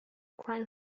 crime